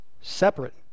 Separate